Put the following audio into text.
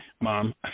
mom